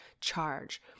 charge